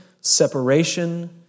separation